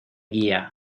guía